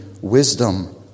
wisdom